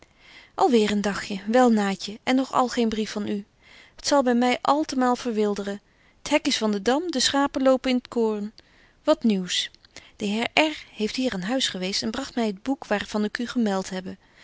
weêr een dagje wel naatje en nog al geen brief van u t zal by my altemaal verwilderen t hek is van den dam de schapen lopen in t koorn wat nieuws de heer r heeft hier aan huis geweest en bragt my het boek waar van ik u gemelt hebbe